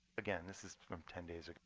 again, this is from ten days